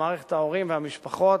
מערכת ההורים והמשפחות,